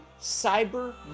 Cyber